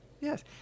yes